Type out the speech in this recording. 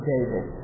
David